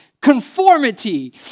Conformity